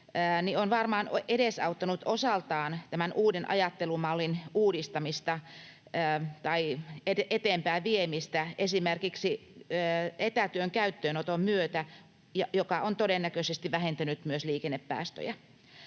on varmaan edesauttanut osaltaan tämän uuden ajattelumallin eteenpäin viemistä esimerkiksi etätyön käyttöönoton myötä, joka on todennäköisesti vähentänyt myös liikennepäästöjä.